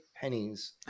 pennies